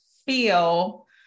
feel